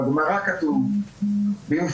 בגמרא כתוב במפורש,